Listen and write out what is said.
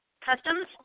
customs